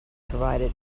provided